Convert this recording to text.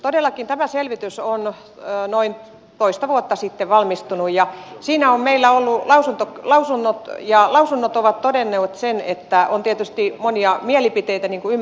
todellakin tämä selvitys on noin toista vuotta sitten valmistunut ja siitä on meillä ollut lausunnot ja lausunnot ovat todenneet sen että on monia mielipiteitä niin kuin ymmärrätte